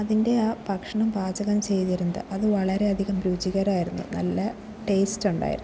അതിൻ്റെ ആ ഭക്ഷണം പാചകം ചെയ്തിരുന്നത് അത് വളരേയധികം രുചികരമായിരുന്നു നല്ല ടേസ്റ്റ് ഉണ്ടായിരുന്നു